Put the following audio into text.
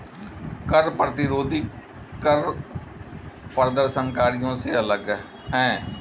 कर प्रतिरोधी कर प्रदर्शनकारियों से अलग हैं